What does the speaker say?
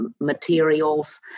materials